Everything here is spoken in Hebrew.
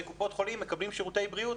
קופות החולים מקבלים שירותי בריאות.